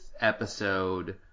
episode